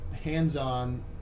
hands-on